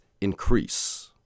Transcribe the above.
increase